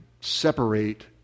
separate